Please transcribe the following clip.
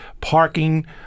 parking